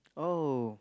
oh